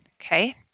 Okay